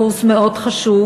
קורס מאוד חשוב,